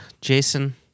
Jason